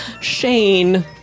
Shane